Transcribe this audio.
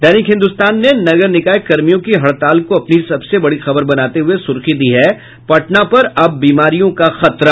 दैनिक हिन्दुस्तान ने नगर निकाय कर्मियों की हड़ताल को अपनी सबसे बड़ी खबर बनाते हुये सुर्खी दी है पटना पर अब बीमारियों का खतरा